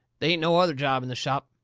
they ain't no other job in the shop.